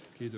ykn